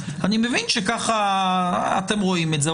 מבין שככה אתם רואים את זה,